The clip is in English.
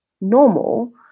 normal